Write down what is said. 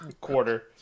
quarter